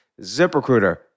ZipRecruiter